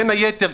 בין היתר,